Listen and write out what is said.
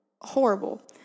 Horrible